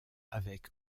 avec